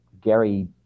Gary